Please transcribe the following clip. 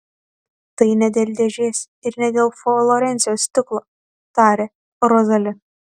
tai ne dėl dėžės ir ne dėl florencijos stiklo tarė rozali